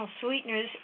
sweeteners